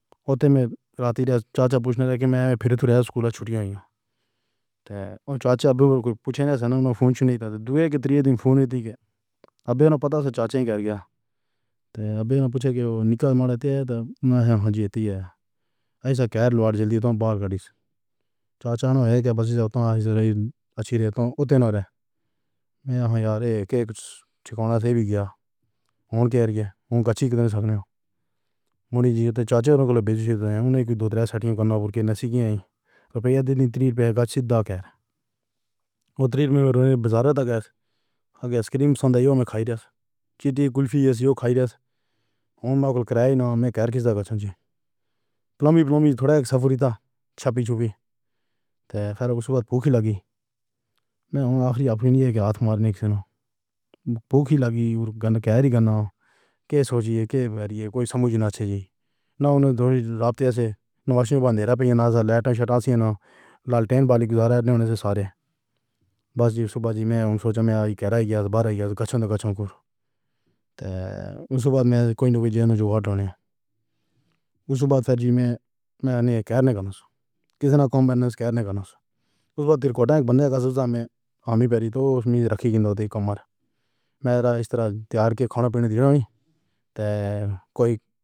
ہوتے میں راتی دا۔ چاچا پُچھنے لگے کہ میں پھر تو سکول چھٹّیاں ہو۔ تب چاچا پُچھے فون نہیں کر دئے۔ تین فون کے۔ اَبے نہ پتہ تھا چاچا ہی کر گیا۔ تے اَبے نہ پُچھے کے نِکال تے نہ ہی جیتی ہے۔ ایسا کہہ رہے سن۔ جلدی سے چاچا نے کہا بس اچھی رے اُتّے نہ رہے۔ میں کیا کراں؟ اک اچھی بارش ہون دا اشارہ دیندے ہوئے اُنہوں نے اُنہاں کوں تن پیسے دا سدھارتھ نگر۔ اُتّری بھارت وچ بزار تک دا کریم سنیہا کھائی۔ کُتّے کلفی کھائی۔ اُمید کرئے کہ چینی دا صورت چھپی چھپی سی۔ اُس دے بعد بھوک لگی۔ آخری اپنے ہاتھ مارنے توں بھوک ہی لگی تے کیریئر بنا۔ کے سوچئے کے کوئی سمجھ نہیں آ رہی ہووی۔ ناشتے وچ اندھیرا پیانو، لائٹ شٹ اوڑھنا، لالٹین والی دنیا توں سارے بس جی صبح وچ سوچو یار گرا گیا تاں بہر ہے۔ یاد رکھاں کہ اُس وخت میں کوئی جو ہارڈنگ اُس وخت جیهم میں نے کہا نہیں۔ کِسے نے کم بزنس کرنا اُس وقع کوٹیک بنیگا۔ سب سامی پیریٹو مِچ رکھی کے تو کم میرا ایسے طرح تیار کے کھانے پینے دی ہووی۔ تو کوئی۔